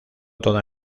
toda